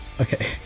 Okay